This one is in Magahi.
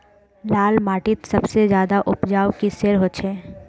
लाल माटित सबसे ज्यादा उपजाऊ किसेर होचए?